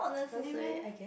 really meh